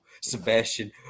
sebastian